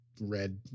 red